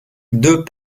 deux